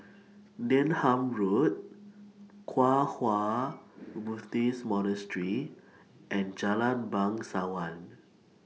Denham Road Kwang Hua Buddhist Monastery and Jalan Bangsawan